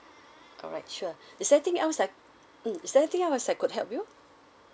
alright sure is there something else I mm is there anything else I could help you